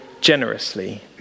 generously